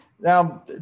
Now